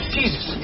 Jesus